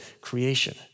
creation